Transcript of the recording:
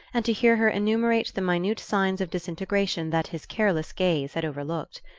and to hear her enumerate the minute signs of disintegration that his careless gaze had overlooked.